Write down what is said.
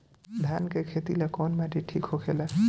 धान के खेती ला कौन माटी ठीक होखेला?